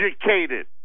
educated